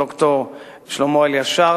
ד"ר שלמה אלישר,